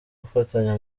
gufatanya